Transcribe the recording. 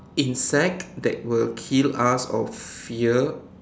insect that will kill us or fear